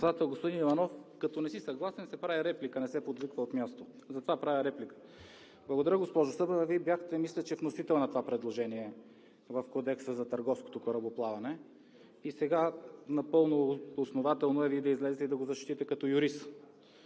Господин Иванов, като не си съгласен, се прави реплика, не се подвиква от място. Затова правя реплика. Благодаря, госпожо Събева. Вие бяхте, мисля, че вносител на това предложение в Кодекса за търговското корабоплаване, и сега напълно основателно е Вие да излезете и да го защитите като юрист.